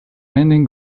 many